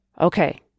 Okay